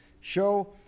show